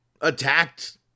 attacked